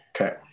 okay